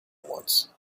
wants